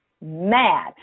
mad